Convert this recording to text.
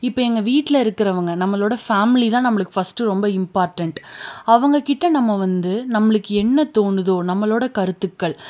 இப்போ எங்கள் வீட்டில் இருக்கிறவங்க நம்மளோட ஃபேமிலி தான் நம்மளுக்கு ஃபஸ்ட்டு ரொம்ப இம்பார்ட்டண்ட் அவங்க கிட்டே நம்ம வந்து நம்மளுக்கு என்ன தோணுதோ நம்மளோட கருத்துக்கள்